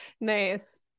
nice